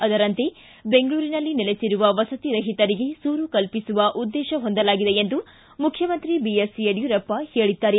ಅದರಂತೆ ಬೆಂಗಳೂರಿನಲ್ಲಿ ನೆಲೆಸಿರುವ ವಸತಿರಹಿತರಿಗೆ ಸೂರು ಕಲ್ಪಿಸುವ ಉದ್ದೇಶ ಹೊಂದಲಾಗಿದೆ ಎಂದು ಮುಖ್ಯಮಂತ್ರಿ ಬಿಎಸ್ ಯಡಿಯೂರಪ್ಪ ಹೇಳಿದ್ದಾರೆ